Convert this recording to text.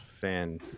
fan